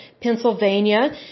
Pennsylvania